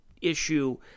issue